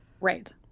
Right